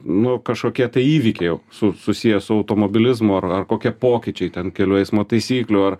nu kažkokie tai įvykiai jau su susiję su automobilizmu ar ar kokie pokyčiai ten kelių eismo taisyklių ar